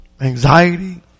anxiety